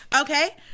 Okay